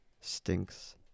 stinks